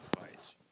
fights